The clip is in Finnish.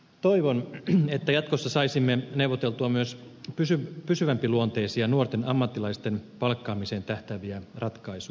toivon että jatkossa saisimme neuvoteltua myös pysyvämpiluonteisia nuorten ammattilaisten palkkaamiseen tähtääviä ratkaisuja